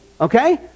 Okay